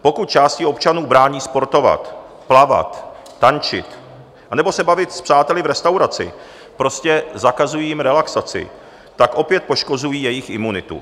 Pokud části občanů brání sportovat, plavat, tančit anebo se bavit s přáteli v restauraci, prostě zakazují jim relaxaci, tak opět poškozují jejich imunitu.